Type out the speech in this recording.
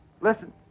Listen